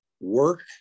work